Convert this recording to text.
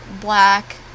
black